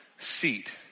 seat